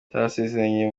batarasezeranye